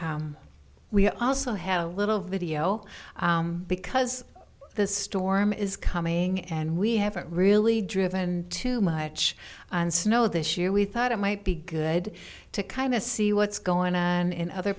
a little video because the storm is coming and we haven't really driven too much and snow this year we thought it might be good to kind of see what's going on in other